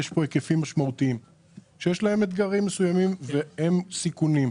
יש כאן היקפים משמעותיים שיש להם אתגרים מסוימים והם סיכונים.